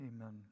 amen